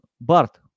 BART